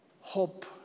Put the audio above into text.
hope